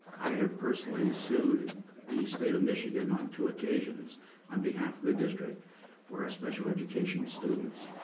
i have personally sued the state of michigan on two occasions on behalf of the district for our special education students.